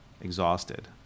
exhausted